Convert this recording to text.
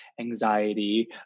anxiety